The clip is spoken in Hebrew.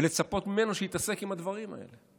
ולצפות ממנו שיתעסק עם הדברים האלה.